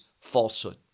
falsehood